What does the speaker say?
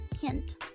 Hint